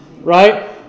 Right